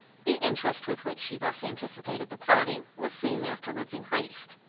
the interest with which she thus anticipated the party, was soon afterwards increased,